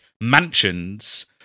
mansions